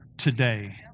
Today